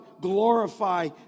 glorify